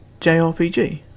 JRPG